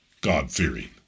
God-fearing